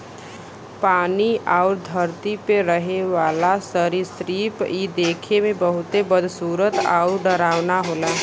पानी आउर धरती पे रहे वाला सरीसृप इ देखे में बहुते बदसूरत आउर डरावना होला